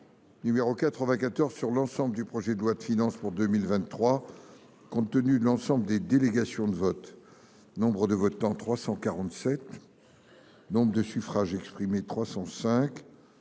Numéro 94 sur l'ensemble du projet de loi de finances pour 2023 compte tenu de l'ensemble des délégations de vote. Nombre de votants, 347. Nombre de suffrages exprimés. 305.